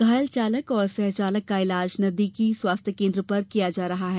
घायल चालक और सह चालक का इलाज नजदीकी स्वास्थ्य केन्द्र पर उपचार चल रहा है